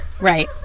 Right